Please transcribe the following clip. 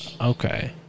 Okay